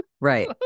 Right